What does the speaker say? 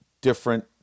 different